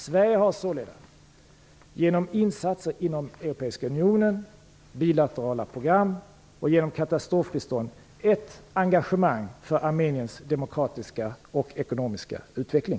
Sverige har således genom insatser inom Europeiska unionen, bilaterala program och genom katastrofbistånd ett engagemang för Armeniens demokratiska och ekonomiska utveckling.